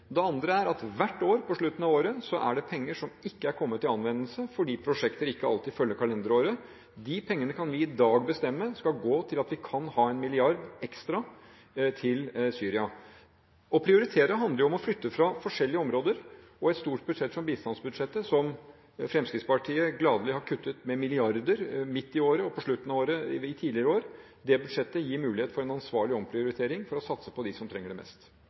andre er at på slutten av hvert år er det penger som ikke har kommet til anvendelse, fordi prosjekter ikke alltid følger kalenderåret. De pengene kan vi i dag bestemme at skal kunne gå til – at vi har 1 mrd. kr ekstra til – Syria. Å prioritere handler om å flytte fra forskjellige områder. Et stort budsjett som bistandsområdet, som Fremskrittspartiet tidligere år gladelig har kuttet med milliarder kroner midt i året og på slutten av året, gir muligheter for en ansvarlig omprioritering for å satse på dem som trenger det mest.